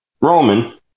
Roman